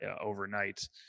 overnight